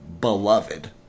beloved